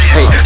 Hey